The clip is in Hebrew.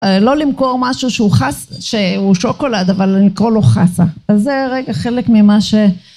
לא למכור משהו שהוא שוקולד, אבל אני אקרוא לו חסה, אז זה רגע חלק ממה ש...